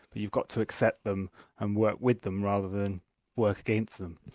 but you've got to accept them and work with them rather than work against them.